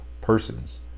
persons